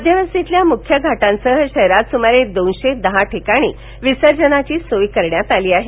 मध्यवस्तीतील मुख्य घाटांसह शहरात सुमारे दोनशे दहा ठिकाणी विसर्जनाची सोय करण्यात आली आहे